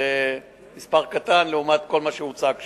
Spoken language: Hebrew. זה מספר קטן לעומת כל מה שהוצג שם.